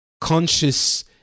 conscious